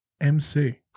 MC